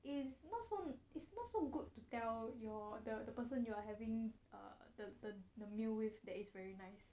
it's not so it's not so good to tell your the person you are having err the the the meal with that it's very nice